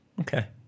Okay